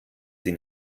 sie